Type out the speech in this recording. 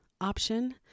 option